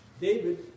David